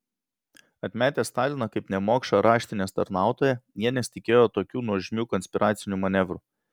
atmetę staliną kaip nemokšą raštinės tarnautoją jie nesitikėjo tokių nuožmių konspiracinių manevrų